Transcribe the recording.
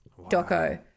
Doco